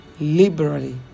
liberally